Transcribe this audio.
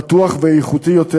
בטוח ואיכותי יותר,